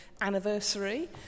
anniversary